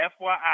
FYI